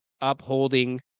upholding